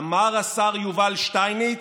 אמר השר יובל שטייניץ: